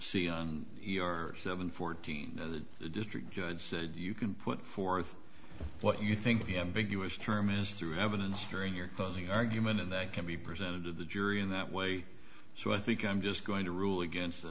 on your seven fourteen and the district judge said you can put forth what you think the ambiguous term is through evidence during your closing argument and that can be presented to the jury in that way so i think i'm just going to rule against